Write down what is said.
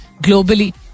globally